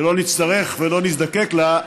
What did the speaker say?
שלא נצטרך ולא נזדקק לה,